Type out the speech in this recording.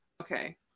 Okay